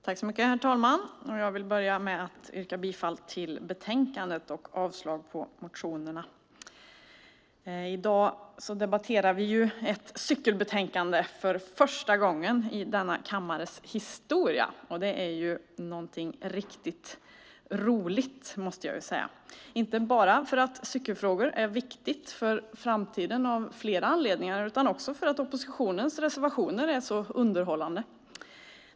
Herr talman! Jag börjar med att yrka bifall till förslaget i utskottets betänkande och avslag på motionerna. I dag debatterar vi ett cykelbetänkande för första gången i denna kammares historia. Det är någonting riktigt roligt, måste jag säga, inte bara för att cykelfrågor är viktiga för framtiden av flera anledningar, utan också för att oppositionens reservationer är så underhållande.